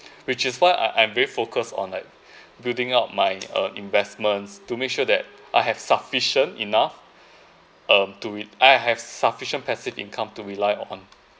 which is why I I'm very focus on like building up my uh investments to make sure that I have sufficient enough um to it I have sufficient passive income to rely on